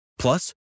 Plus